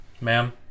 Ma'am